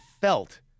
felt